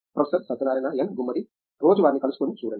professor Satyanarayana N Gummadi రోజూ వారిని కలుసుకుని చూడండి